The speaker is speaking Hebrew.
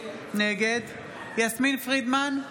נגד יסמין פרידמן,